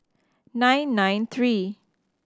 nine nine three